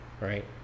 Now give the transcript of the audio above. right